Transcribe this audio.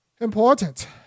important